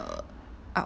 err out